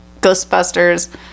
ghostbusters